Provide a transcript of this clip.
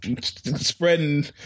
Spreading